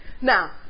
Now